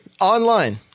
Online